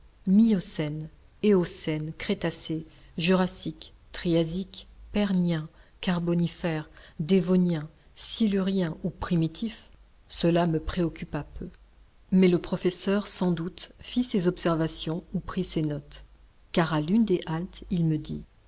miocènes éocènes crétacés jurassiques triasiques perniens carbonifères dévoniens siluriens ou primitifs cela me préoccupa peu mais le professeur sans doute fit ses observations ou prit ses notes car à l'une des haltes il me dit